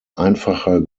einfacher